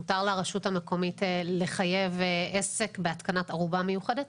מותר לרשות המקומית לחייב עסק בהתקנת ארובה מיוחדת?